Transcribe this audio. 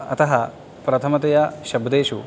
अतः प्रथमतया शब्देषु